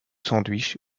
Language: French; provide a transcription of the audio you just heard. sandwich